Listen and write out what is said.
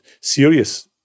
serious